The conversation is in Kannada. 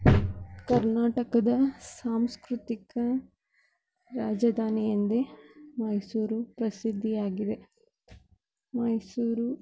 ಕರ್ನಾಟಕದ ಸಾಂಸ್ಕೃತಿಕ ರಾಜಧಾನಿ ಎಂದೇ ಮೈಸೂರು ಪ್ರಸಿದ್ಧಿಯಾಗಿದೆ ಮೈಸೂರು